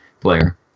player